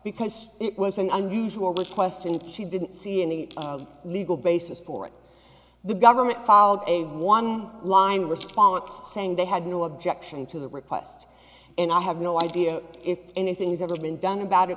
because it was an unusual request and she didn't see any legal basis for it the government filed a one line response saying they had no objection to the request and i have no idea if anything has ever been done about it